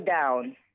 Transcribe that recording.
down